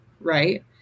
right